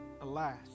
Alas